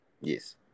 Yes